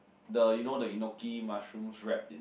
the you know the enoki mushroom wrap in